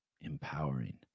empowering